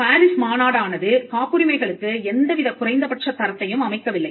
Paris மாநாடானது காப்புரிமை களுக்கு எந்தவித குறைந்தபட்ச தரத்தையும் அமைக்கவில்லை